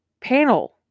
panel